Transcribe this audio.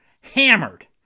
Hammered